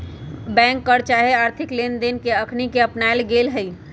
bank कर चाहे आर्थिक लेनदेन कर के अखनी अपनायल न गेल हइ